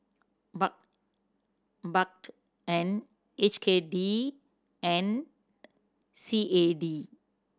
Baht Baht and H K D and C A D